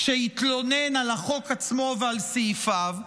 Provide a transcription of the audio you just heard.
שהתלונן על החוק עצמו ועל סעיפיו.